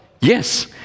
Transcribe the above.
Yes